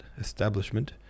establishment